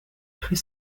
très